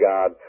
God